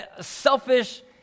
selfish